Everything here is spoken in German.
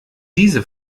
diese